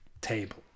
Table